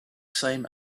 same